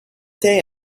day